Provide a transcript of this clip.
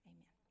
Amen